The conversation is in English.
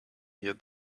here